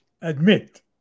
admit